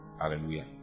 Hallelujah